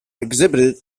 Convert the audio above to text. exhibited